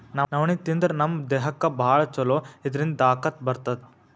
ನವಣಿ ತಿಂದ್ರ್ ನಮ್ ದೇಹಕ್ಕ್ ಭಾಳ್ ಛಲೋ ಇದ್ರಿಂದ್ ತಾಕತ್ ಬರ್ತದ್